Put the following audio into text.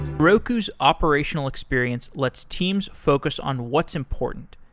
heroku's operational experience lets teams focus on what's important,